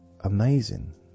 amazing